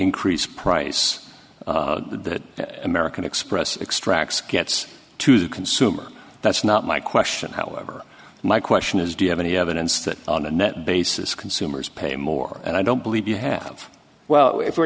increase price that american express extracts gets to the consumer that's not my question however my question is do you have any evidence that on a net basis consumers pay more and i don't believe you have well if we're